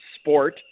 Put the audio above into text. sport